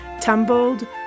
tumbled